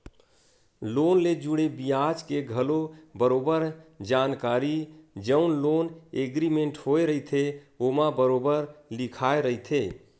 loan ले जुड़े बियाज के घलो बरोबर जानकारी जउन लोन एग्रीमेंट होय रहिथे ओमा बरोबर लिखाए रहिथे